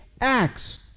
acts